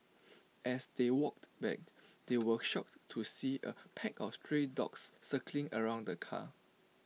as they walked back they were shocked to see A pack of stray dogs circling around the car